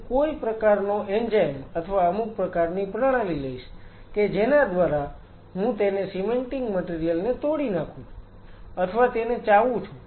હું કોઈ પ્રકારનો એન્ઝાઈમ અથવા અમુક પ્રકારની પ્રણાલી લઈશ કે જેના દ્વારા હું તે સીમેન્ટિંગ મટીરીયલ ને તોડી નાખું છું અથવા તેને ચાવું છું